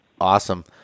awesome